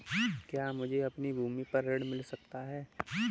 क्या मुझे अपनी भूमि पर ऋण मिल सकता है?